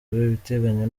ibiteganywa